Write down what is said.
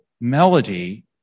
melody